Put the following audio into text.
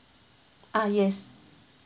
ah yes